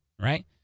Right